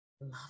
Love